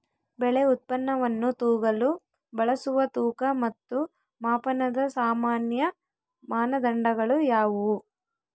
ಬೆಳೆ ಉತ್ಪನ್ನವನ್ನು ತೂಗಲು ಬಳಸುವ ತೂಕ ಮತ್ತು ಮಾಪನದ ಸಾಮಾನ್ಯ ಮಾನದಂಡಗಳು ಯಾವುವು?